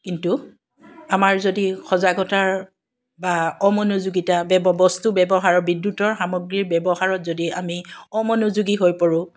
কিন্তু আমাৰ যদি সজাগতাৰ বা অমনোযোগীতাৰ বস্তু ব্যৱহাৰ বিদ্যুতৰ সামগ্ৰীৰ ব্যৱহাৰত যদি আমি অমনোযোগী হৈ পৰোঁ